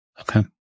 Okay